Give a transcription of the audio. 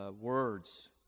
words